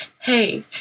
hey